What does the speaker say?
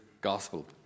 gospel